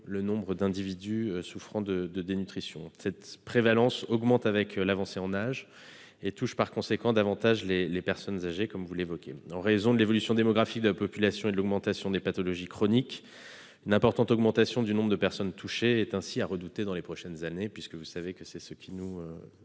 le nombre d'individus qui en souffrent. Cette prévalence augmente avec l'avancée en âge et touche par conséquent davantage les personnes âgées, comme vous l'avez indiqué. En raison de l'évolution démographique de la population et de l'augmentation des pathologies chroniques, une augmentation importante du nombre de personnes touchées est ainsi à redouter dans les prochaines années. Nous savons ce qui